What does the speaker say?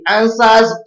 answers